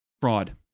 Fraud